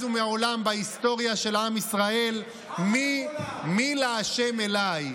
ומעולם בהיסטוריה של עם ישראל: מי לה' אליי,